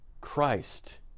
Christ